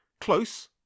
Close